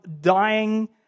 dying